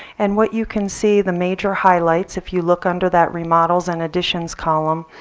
and what you can see, the major highlights if you look under that remodels and additions column,